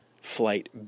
Flight